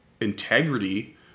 integrity